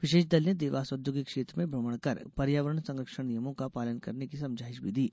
विशेष दल ने देवास औद्योगिक क्षेत्र में भ्रमण कर पर्यावरण संरक्षण नियमों का पालन करने की समझाइश भी दी